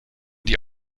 die